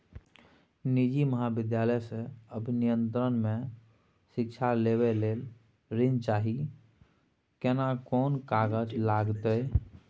निजी महाविद्यालय से अभियंत्रण मे शिक्षा लेबा ले ऋण चाही केना कोन कागजात लागतै?